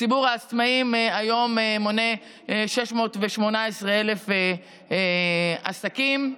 ציבור העצמאים מונה היום 618,000 עסקים.